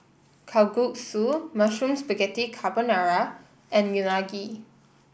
Kalguksu Mushroom Spaghetti Carbonara and Unagi